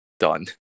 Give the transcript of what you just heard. Done